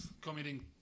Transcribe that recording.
committing